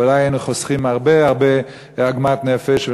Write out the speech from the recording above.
ודאי היינו חוסכים הרבה הרבה עוגמת נפש.